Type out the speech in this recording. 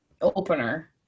opener